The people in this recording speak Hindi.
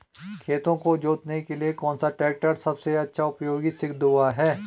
खेतों को जोतने के लिए कौन सा टैक्टर सबसे अच्छा उपयोगी सिद्ध हुआ है?